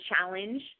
challenge